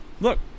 look